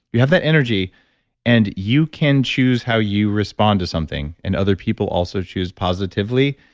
you have that energy and you can choose how you respond to something and other people also choose positively.